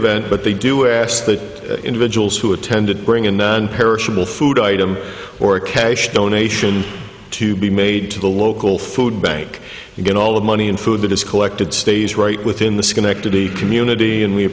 event but they do ask the individuals who attended bring in perishable food item or a cash donation to be made to the local food bank and get all the money and food that is collected stays right within the schenectady community and we